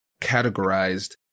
categorized